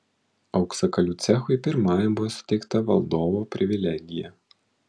auksakalių cechui pirmajam buvo suteikta valdovo privilegija